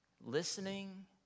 listening